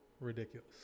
ridiculous